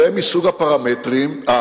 זה מסוג הפרדוקסים